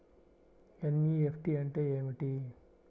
NEFT అంటే ఏమిటీ?